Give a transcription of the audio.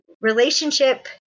Relationship